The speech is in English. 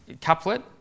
couplet